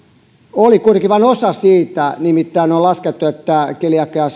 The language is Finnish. oli kuitenkin vain osa siitä nimittäin on laskettu että keliakiaa